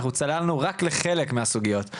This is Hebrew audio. אנחנו צללנו רק לחלק מהסוגיות.